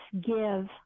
give